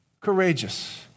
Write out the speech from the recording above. courageous